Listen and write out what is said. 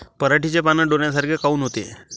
पराटीचे पानं डोन्यासारखे काऊन होते?